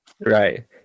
right